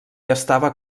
estava